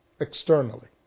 externally